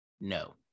No